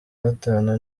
batanu